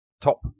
top